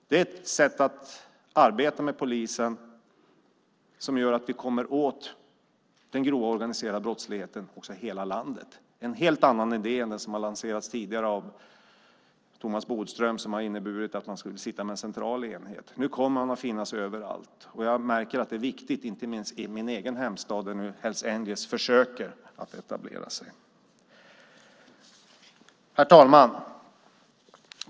Det är ett sätt att arbeta inom polisen som gör att vi kommer åt den grova organiserade brottsligheten i hela landet, en helt annan idé än den som tidigare lanserades av Thomas Bodström, som innebar att man skulle ha en central enhet. Nu kommer man att finnas överallt. Jag märker att det är viktigt, inte minst i min hemstad, där Hells Angels försöker etablera sig. Herr talman!